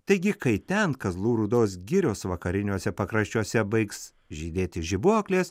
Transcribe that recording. taigi kai ten kazlų rūdos girios vakariniuose pakraščiuose baigs žydėti žibuoklės